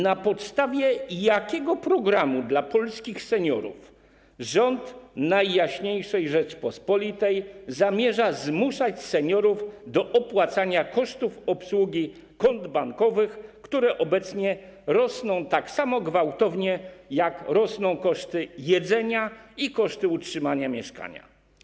Na podstawie jakiego programu dla polskich seniorów rząd Najjaśniejszej Rzeczypospolitej zamierza zmuszać seniorów do opłacania kosztów obsługi kont bankowych, które obecnie rosną tak samo gwałtownie, jak rosną koszty jedzenia i koszty utrzymania mieszkania?